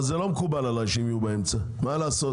אבל זה לא מקובל עליי שהם יהיו באמצע, מה לעשות?